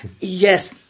Yes